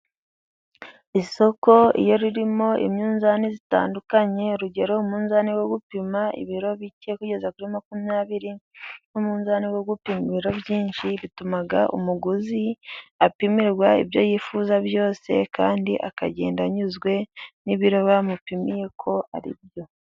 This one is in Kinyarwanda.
Isoko iyo ririmo iminzani itandukanye urugero umunzani wo gupima ibiro bike kugeza kuri makumyabiri, n'umunzani wo gupima ibiro byinshi bituma umuguzi apimirwa ibyo yifuza byose kandi akagenda anyuzwe n'ibiro bamupimiye ko aribyo.